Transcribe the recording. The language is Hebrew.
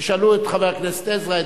תשאלו את חבר הכנסת עזרא,